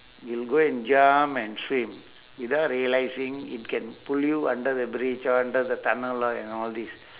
we'll go and jump and swim without realising it can pull you under the bridge or under the tunnel lah and all these